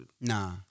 Nah